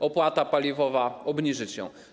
Opłata paliwowa - obniżyć ją.